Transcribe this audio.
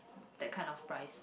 that kind of price